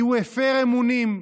כי הוא הפר אמונים,